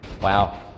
Wow